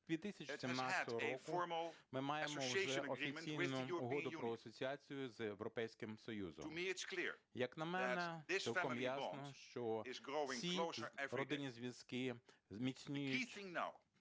2017 року ми маємо вже офіційну Угоду про асоціацію з Європейським Союзом. Як на мене, цілком ясно, що ці родинні зв'язки зміцнюються